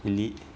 is it